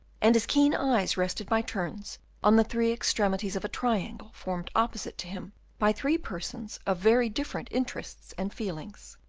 and his keen eyes rested by turns on the three extremities of a triangle formed opposite to him by three persons of very different interests and feelings.